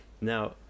Now